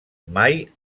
mai